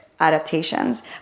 adaptations